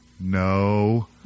no